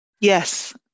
Yes